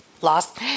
lost